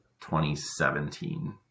2017